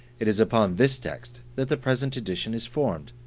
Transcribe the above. it is upon this text that the present edition is formed.